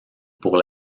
pour